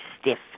stiff